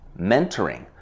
mentoring